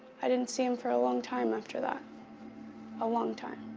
i didn't see them for a long time after that a long time.